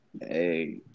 Hey